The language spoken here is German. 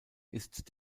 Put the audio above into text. ist